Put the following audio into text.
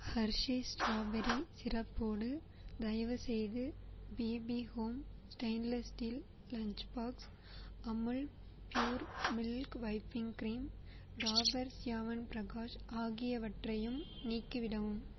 Hershey's strawberry சிரப்போடு தயவுசெய்து BB home stainless steel lunch box Amul pure milk whipping cream Dabur Chyawanprash ஆகியவற்றையும் நீக்கிவிடவும்